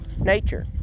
nature